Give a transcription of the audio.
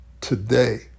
Today